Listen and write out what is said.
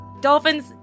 Dolphins